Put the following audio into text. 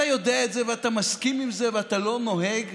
אתה יודע את זה ואתה מסכים לזה ואתה לא נוהג,